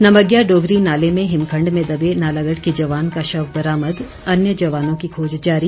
नमग्या डोगरी नाले में हिमखंड में दबे नालागढ़ के जवान का शव बरामद अन्य जवानों की खोज जारी